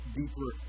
deeper